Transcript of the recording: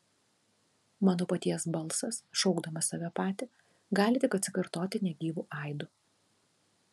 mano paties balsas šaukdamas save patį gali tik atsikartoti negyvu aidu